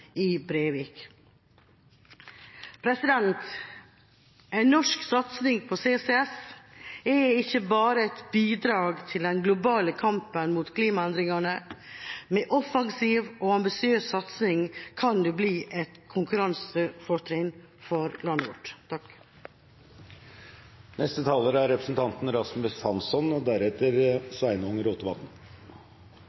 CCS er ikke bare et bidrag til den globale kampen mot klimaendringene. Med offensiv og ambisiøs satsing kan det bli et konkurransefortrinn for landet vårt. Takk for en god interpellasjon fra Arbeiderpartiets Per Rune Henriksen. Spørsmålet han stiller, er